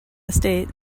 estate